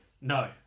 no